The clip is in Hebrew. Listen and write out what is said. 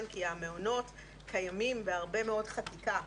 כי המעונות קיימים בהרבה מאוד חקיקה,